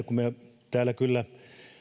kun me täällä kyllä